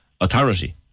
authority